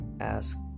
ask